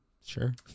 sure